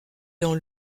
dans